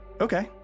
okay